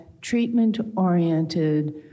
treatment-oriented